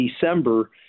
December